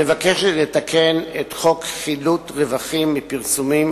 מבקשת לתקן את חוק חילוט רווחים מפרסומים